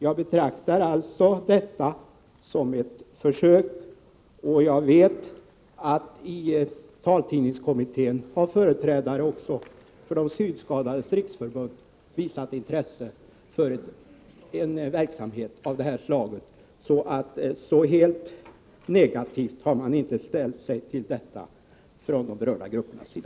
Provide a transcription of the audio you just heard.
Jag betraktar alltså detta som ett försök. I taltidningskommittén har även företrädare för Synskadades riksförbund visat intresse för en verksamhet av detta slag. Så helt negativa har de berörda grupperna inte ställt sig till detta försök.